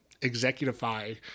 executify